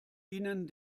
ihnen